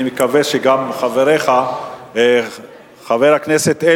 אדוני היושב-ראש, חברי חברי הכנסת,